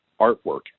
artwork